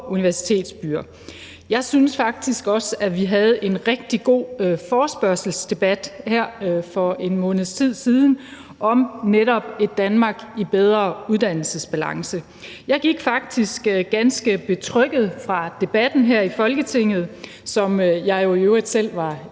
universitetsbyer. Jeg syntes faktisk også, at vi her for en måneds tid siden havde en rigtig god forespørgselsdebat om netop et Danmark i bedre uddannelsesbalance. Jeg gik faktisk ganske betrygget fra debatten her i Folketinget, som jeg jo i øvrigt selv var